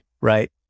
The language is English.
right